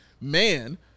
man